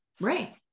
Right